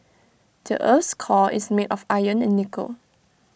the Earth's core is made of iron and nickel